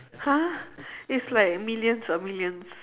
!huh! it's like millions ah millions